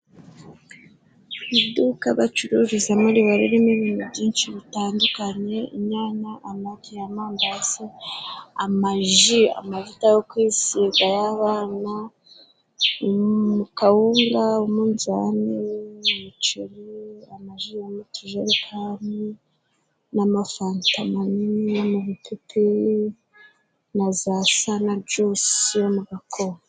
Iduka bacururizamo riba ririmo ibintu byinshi bitandukanye: inyana, amagi, amandazi amaji, amavuta yo kwisiga y'abana, kawunga, umunzani, umuceri, amaji yo mu tujerekani, n'amafanta manini mu bipipiri na za sana juwisi yo mu gakombe.